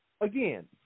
again